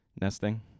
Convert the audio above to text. Nesting